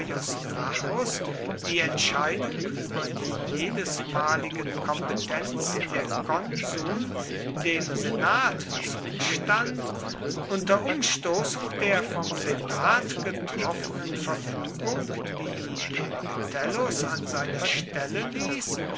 die entscheidung über die jedesmaligen kompetenzen der konsuln dem senat zustand unter umstoßung der vom senat getroffenen verfügung die den metellus an seiner stelle ließ